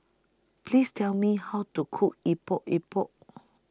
Please Tell Me How to Cook Epok Epok